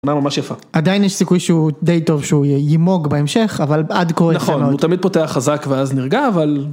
תמונה ממש יפה. עדיין יש סיכוי שהוא די טוב שהוא יימוג בהמשך אבל עד כה נכון הוא תמיד פותח חזק ואז נרגע אבל.